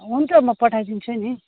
हुन्छ म पठाइदिन्छु नि